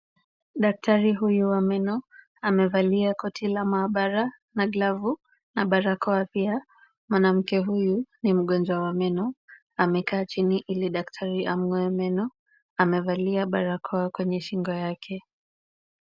Daktari huyu wa meno amevalia koti la maabara na glavu na barakoa pia. Mwanamke huyu ni mgonjwa wa meno. Amekaa chini ili daktari amng'oe meno. Amevalia barakoa kwenye shingo yake.